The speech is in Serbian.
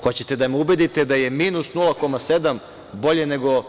Hoćete li da me ubedite da je minus 0,7% bolje nego